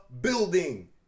building